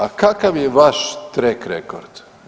A kakav je vaš trake rekord?